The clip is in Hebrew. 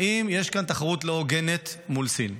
האם יש כאן תחרות לא הוגנת מול סין?